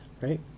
right